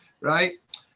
right